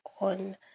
on